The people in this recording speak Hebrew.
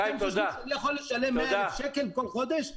אתם חושבים שאני יכול לשלם 100,000 שקל כל חודש?